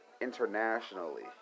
internationally